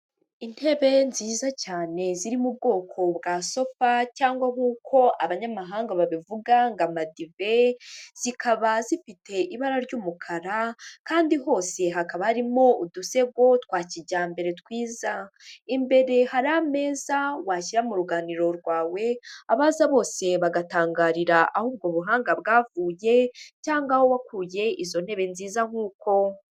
Intebe nziza cyane ziri mu bwoko bwa sopa cyangwa nk'uko abanyamahanga babivuga ngo amadive, zikaba zifite ibara ry'umukara kandi hose hakaba harimo udusego twa kijyambere twiza. Imbere hari ameza washyira mu ruganiriro rwawe, abaza bose bagatangarira aho ubwo buhanga bwavuye cyangwa aho wakuye izo ntebe nziza nk'uko.